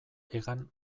hegan